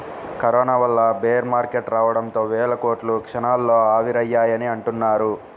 corona వల్ల bear market రావడంతో వేల కోట్లు క్షణాల్లో ఆవిరయ్యాయని అంటున్నారు